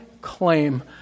claim